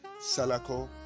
salako